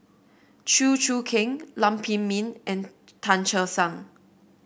Chew Choo Keng Lam Pin Min and Tan Che Sang